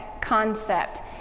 concept